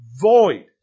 void